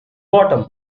bottom